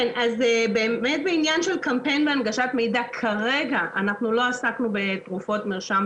באמת בעניין של קמפיין והנגשת מידע כרגע לא עסקנו בתרופות מרשם,